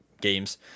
games